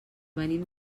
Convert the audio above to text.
venim